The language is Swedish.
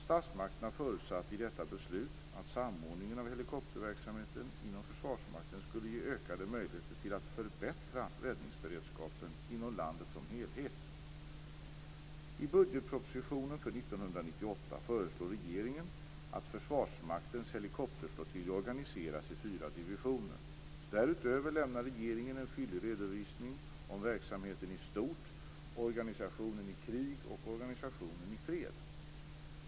Statsmakterna förutsatte i detta beslut att samordningen av helikopterverksamheten inom Försvarsmakten skulle ge ökade möjligheter till att förbättra räddningsberedskapen inom landet som helhet. föreslår regeringen att Försvarsmaktens helikopterflottilj organiseras i fyra divisioner. Därutöver lämnar regeringen en fyllig redovisning om verksamheten i stort, organisationen i krig och organisationen i fred.